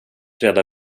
rädda